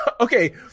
okay